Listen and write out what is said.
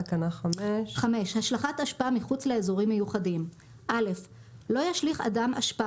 תקנה 5. השלכת אשפה מחוץ לאזורים מיוחדים 5. (א) לא ישליך אדם אשפה